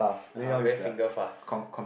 (uh huh) very finger fast